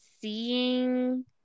seeing